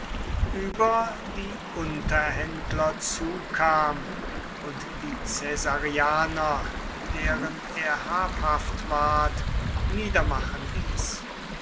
über die unterhändler zukam und die caesarianer deren er habhaft ward niedermachen ließ